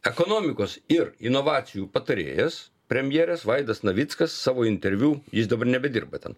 ekonomikos ir inovacijų patarėjas premjerės vaidas navickas savo interviu jis dabar nebedirba ten